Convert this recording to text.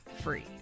free